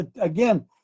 again